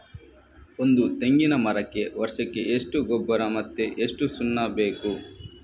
ಒಂದು ತೆಂಗಿನ ಮರಕ್ಕೆ ವರ್ಷಕ್ಕೆ ಎಷ್ಟು ಗೊಬ್ಬರ ಮತ್ತೆ ಎಷ್ಟು ಸುಣ್ಣ ಬೇಕು?